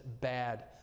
bad